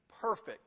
perfect